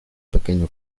pequeño